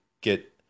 get